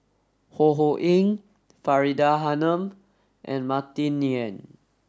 Ho Ho Ying Faridah Hanum and Martin Yan